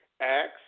Acts